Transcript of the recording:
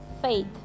faith